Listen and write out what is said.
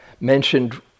mentioned